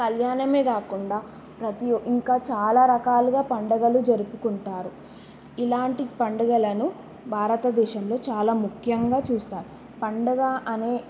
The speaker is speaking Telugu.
కళ్యాణమే కాకుండా ప్రతీ ఇంకా చాలా రకాలుగా పండుగలు జరుపుకుంటారు ఇలాంటి పండుగలను భారతదేశంలో చాలా ముఖ్యంగా చూస్తారు పండుగ అనే